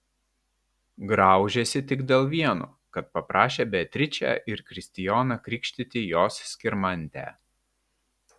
graužėsi tik dėl vieno kad paprašė beatričę ir kristijoną krikštyti jos skirmantę